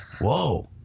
Whoa